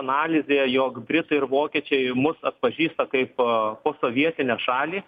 analizė jog britai ir vokiečiai mus atpažįsta kaip posovietinę šalį